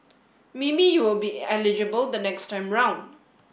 maybe you will be eligible the next time round